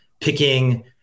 picking